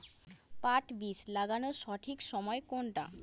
পাট বীজ লাগানোর সঠিক সময় কোনটা?